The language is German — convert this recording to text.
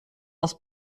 das